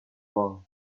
bowl